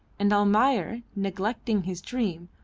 and almayer, neglecting his dream,